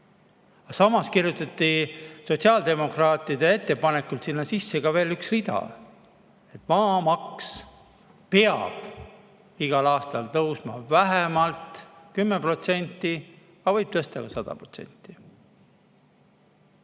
Samas kirjutati sotsiaaldemokraatide ettepanekul sinna sisse veel üks rida: maamaks peab igal aastal tõusma vähemalt 10%, aga seda võib tõsta ka 100%.